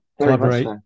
collaborate